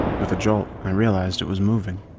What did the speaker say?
with a jolt i realized it was moving.